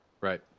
right